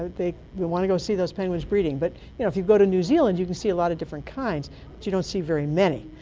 they want to go see those penguins breeding. but if you go to new zealand you can see a lot of different kinds but you don't see very many.